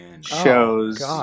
shows